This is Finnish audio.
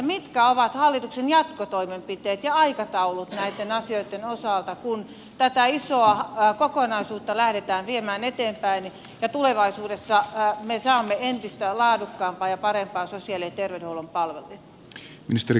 mitkä ovat hallituksen jatkotoimenpiteet ja aikataulut näitten asioitten osalta kun tätä isoa kokonaisuutta lähdetään viemään eteenpäin ja tulevaisuudessa me saamme entistä laadukkaampia ja parempia sosiaali ja terveydenhuollon palveluja